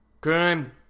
Crime